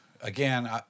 again